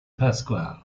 pascual